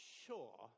sure